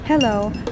Hello